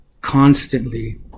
constantly